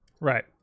right